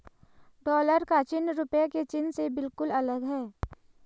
dollar का चिन्ह रूपए के चिन्ह से बिल्कुल अलग है